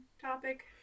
topic